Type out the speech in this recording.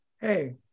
Hey